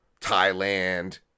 Thailand